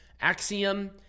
Axiom